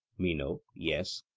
meno yes.